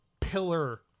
pillar